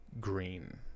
green